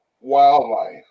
wildlife